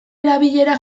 erabilera